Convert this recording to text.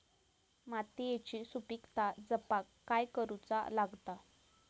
मातीयेची सुपीकता जपाक काय करूचा लागता?